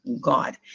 God